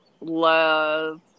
love